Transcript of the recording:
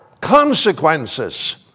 consequences